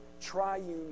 triune